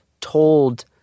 told